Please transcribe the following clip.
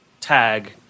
tag